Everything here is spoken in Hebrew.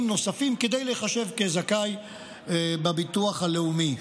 נוספים כדי להיחשב כזכאי בביטוח הלאומי.